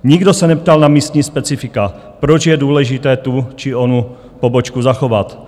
Nikdo se neptal na místní specifika, proč je důležité tu či onu pobočku zachovat.